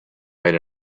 made